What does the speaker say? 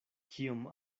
kiom